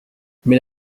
mais